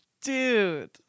Dude